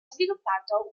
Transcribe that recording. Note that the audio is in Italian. sviluppato